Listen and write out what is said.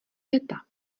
věta